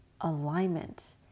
alignment